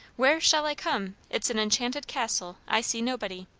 where shall i come? it's an enchanted castle i see nobody.